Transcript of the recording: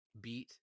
beat